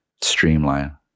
streamline